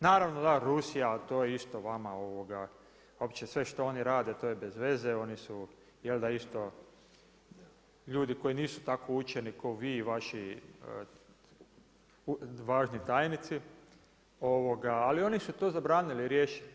Naravno, da Rusija, to je isto vama uopće sve što oni rade to je bezveze, oni su jel da isto ljudi koji nisu tako učeni ko vi i vaši važni tajnici, ali oni su to zabranili, riješili.